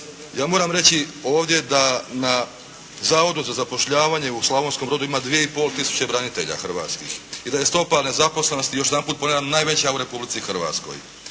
Ja moram reći ovdje da na Zavodu za zapošljavanje u Slavonskom Brodu ima 2,5 tisuće branitelja hrvatskih. I da je stopa nezaposlenosti, još jedanput ponavljam, najveća u Republici Hrvatskoj.